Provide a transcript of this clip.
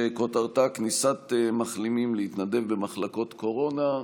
שכותרתה: כניסת מחלימים להתנדב במחלקות קורונה.